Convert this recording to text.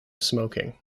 smoking